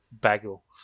bagel